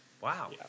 Wow